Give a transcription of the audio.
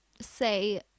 say